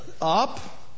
Up